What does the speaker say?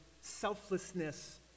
selflessness